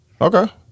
Okay